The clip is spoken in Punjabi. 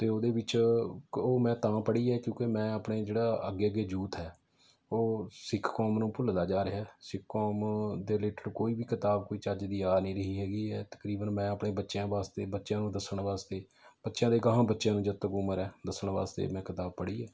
ਅਤੇ ਉਹਦੇ ਵਿੱਚ ਕ ਉਹ ਮੈਂ ਤਾਂ ਪੜ੍ਹੀ ਹੈ ਕਿਉਂਕਿ ਮੈਂ ਆਪਣੇ ਜਿਹੜਾ ਅੱਗੇ ਅੱਗੇ ਯੂਥ ਹੈ ਉਹ ਸਿੱਖ ਕੌਮ ਨੂੰ ਭੁੱਲਦਾ ਜਾ ਰਿਹਾ ਸਿੱਖ ਕੌਮ ਦੇ ਰਿਲੇਟਡ ਕੋਈ ਵੀ ਕਿਤਾਬ ਕੋਈ ਚੱਜ ਦੀ ਆ ਨਹੀਂ ਰਹੀ ਹੈਗੀ ਹੈ ਤਕਰੀਬਨ ਮੈਂ ਆਪਣੇ ਬੱਚਿਆਂ ਵਾਸਤੇ ਬੱਚਿਆਂ ਨੂੰ ਦੱਸਣ ਵਾਸਤੇ ਬੱਚਿਆਂ ਦੇ ਅਗਾਂਹ ਬੱਚਿਆਂ ਨੂੰ ਜਦ ਤੱਕ ਉਮਰ ਹੈ ਦੱਸਣ ਵਾਸਤੇ ਮੈਂ ਕਿਤਾਬ ਪੜ੍ਹੀ ਹੈ